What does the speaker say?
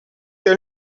dans